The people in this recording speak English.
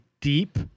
deep